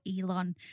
elon